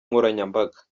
nkoranyambaga